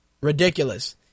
Ridiculous